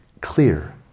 clear